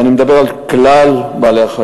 ואני מדבר על כלל בעלי-החיים,